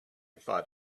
thought